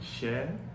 share